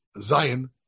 Zion